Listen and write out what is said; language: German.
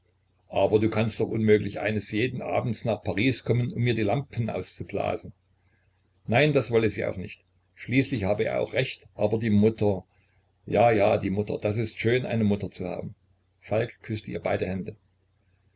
aber du kannst doch unmöglich eigens jeden abend nach paris kommen um mir die lampen auszublasen nein das wolle sie auch nicht schließlich habe er auch recht aber die mutter ja ja die mutter das ist schön eine mutter zu haben falk küßte ihr beide hände